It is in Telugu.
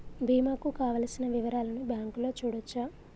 బీమా కు కావలసిన వివరాలను బ్యాంకులో చూడొచ్చా?